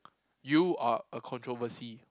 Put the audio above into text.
you are a controversy